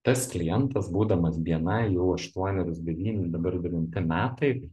tas klientas būdamas bni jau aštuonerius devyni dabar devinti metai